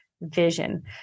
vision